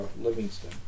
Livingston